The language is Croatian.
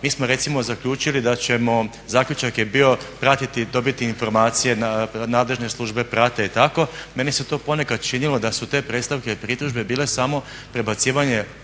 Mi smo recimo zaključili da ćemo, zaključak je bio pratiti, dobiti informacije nadležne službe prate i tako. Meni se to ponekad činilo da su te predstavke i pritužbe bile samo prebacivanje